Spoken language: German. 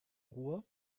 ruhr